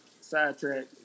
Sidetrack